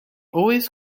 always